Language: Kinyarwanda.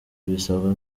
bisabwa